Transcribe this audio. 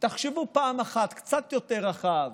תחשבו פעם אחת קצת יותר רחב: